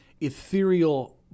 ethereal